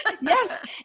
Yes